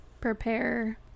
prepare